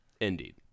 indeed